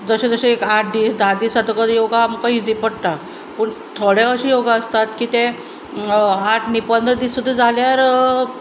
जशें जशे एक आठ दीस धा दीस जातकच योगा आमकां इजी पडटा पूण थोडे अशे योगा आसतात की ते आठ न्हय पंदरा दीस सुद्दां जाल्यार